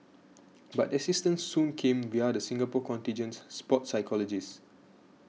but assistance soon came via the Singapore contingent's sports psychologist